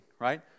right